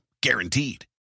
Guaranteed